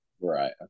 Right